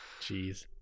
jeez